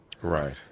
Right